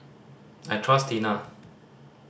I trust Tena